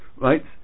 Right